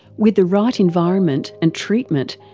with the right environment and treatment,